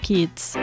Kids